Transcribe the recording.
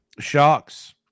shocks